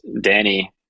danny